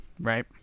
right